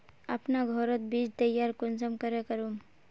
अपना घोरोत बीज तैयार कुंसम करे करूम?